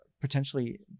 potentially